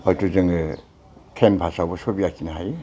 हयथ' जोङो थेम फासावबो सबि आखिनो हायो